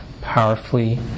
powerfully